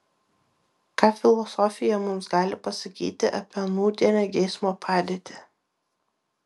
ką filosofija mums gali pasakyti apie nūdienę geismo padėtį